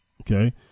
okay